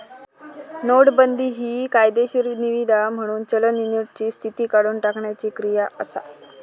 नोटाबंदी हि कायदेशीर निवीदा म्हणून चलन युनिटची स्थिती काढुन टाकण्याची क्रिया असा